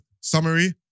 summary